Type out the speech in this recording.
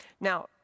Now